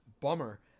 Bummer